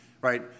right